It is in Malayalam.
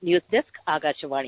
news desk Akashvani